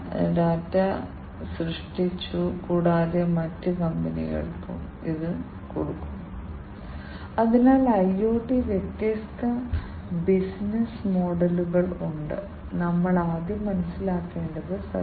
കാരണം സെൻസർ എന്താണ് ചെയ്യേണ്ടതെന്നും യഥാർത്ഥ അളവ് എത്രയായിരിക്കണം എന്നും നിങ്ങൾക്ക് അറിയില്ലെങ്കിൽ നിങ്ങൾക്ക് അത്തരം സ്റ്റാൻഡേർഡ് റഫറൻസ് ഇല്ലെങ്കിൽ നിങ്ങൾക്ക് കാലിബ്രേഷൻ ചെയ്യാൻ കഴിയില്ല